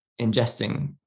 ingesting